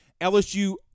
LSU